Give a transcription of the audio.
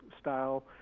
style